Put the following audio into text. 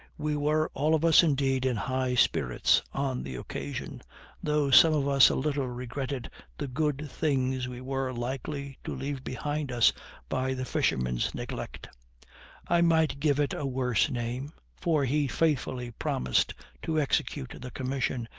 we were all of us indeed in high spirits on the occasion though some of us a little regretted the good things we were likely to leave behind us by the fisherman's neglect i might give it a worse name, for he faithfully promised to execute the commission,